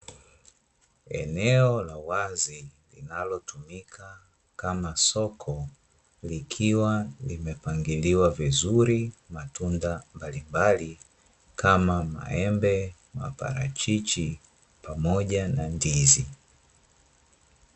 Eneo la wazi linalotumika kama soko likiwa limepangiliwa vizuri ,matunda mbalimbali kama kama maembe, maparachichi pamoja na ndizi.